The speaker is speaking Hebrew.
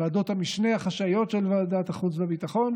הוועדות החשאיות של ועדת החוץ והביטחון,